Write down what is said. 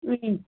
ம்